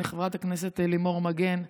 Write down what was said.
הינה חברת הכנסת לימור מגן תלם,